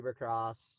supercross